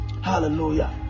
hallelujah